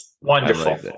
Wonderful